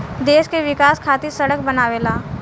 देश के विकाश खातिर सड़क बनावेला